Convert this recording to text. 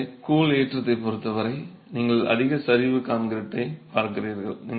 எனவே கூழ் ஏற்றத்தைப் பொறுத்த வரை நீங்கள் அதிக சரிவு கான்கிரீட்டைப் பார்க்கிறீர்கள்